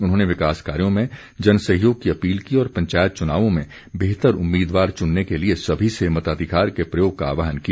उन्होंने विकास कार्यों में जन सहयोग की अपील की और पंचायत चुनावों में बेहतर उम्मीदवार चुनने के लिए सभी से मताधिकार के प्रयोग का आहवान किया